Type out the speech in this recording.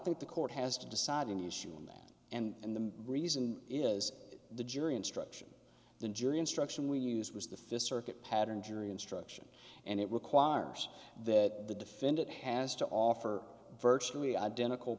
think the court has to decide in the issue on that and the reason is the jury instruction the jury instruction we use was the fist circuit pattern jury instruction and it requires that the defendant has to offer virtually identical